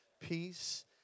peace